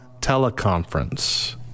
teleconference